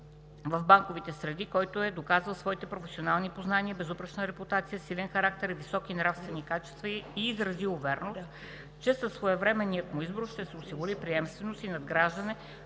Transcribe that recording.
в банковите среди, който е доказал своите професионални познания, безупречна репутация, силен характер и високи нравствени качества, и изрази увереност, че със своевременния му избор ще се осигури приемственост и надграждане